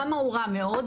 למה הוא רע מאוד?